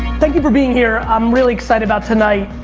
thank you for being here, i'm really excited about tonight.